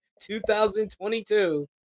2022